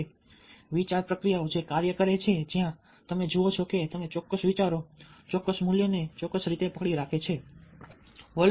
કહો કે વિચાર પ્રક્રિયાઓ જે કાર્ય કરે છે જ્યાં તમે જુઓ છો કે તમે ચોક્કસ વિચારો ચોક્કસ મૂલ્યોને ચોક્કસ રીતે પકડી રાખો છો